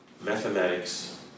mathematics